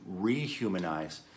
rehumanize